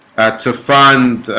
to fund